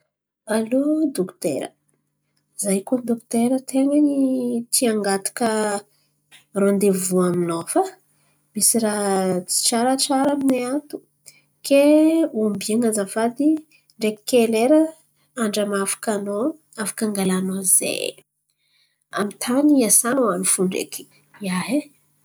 Alô dokotera, za io kony dokotera ten̈a ny tia hangataka randevo aminô fa misy raha tsy tsara tsara aminay ato. Ke ombian̈a azafady ndreky kelera, andra mahafaka anô an̈y fo ndreky anô? Afaka hangala nô zahay, amin-tany hiasa nô an̈y fo ndreky zahay.